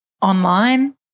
online